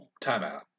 timeout